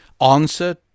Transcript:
answer